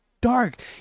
dark